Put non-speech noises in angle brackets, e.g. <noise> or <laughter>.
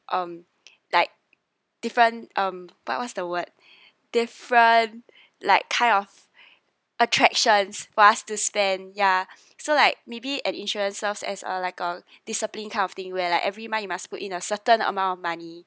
um like different um what what's the word different like kind of attractions for us to spend ya <breath> so like maybe an insurance serves as a like a disciplined kind of thing where like every month you must put in a certain amount of money